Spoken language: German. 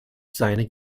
seine